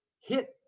hit